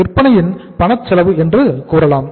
விற்பனையின் பணச்செலவு என்று கூறலாம்